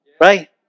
right